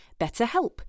BetterHelp